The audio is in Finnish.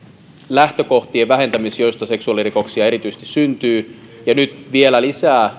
lähtökohtien vähentämiseksi joista seksuaalirikoksia erityisesti syntyy ja nyt vielä lisää